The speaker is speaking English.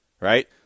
right